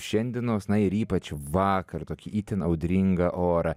šiandienos na ir ypač vakar tokį itin audringą orą